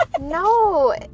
No